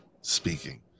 speaking